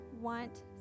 want